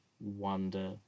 wonder